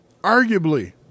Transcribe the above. arguably